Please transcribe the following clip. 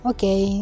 Okay